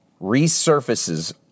resurfaces